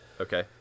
Okay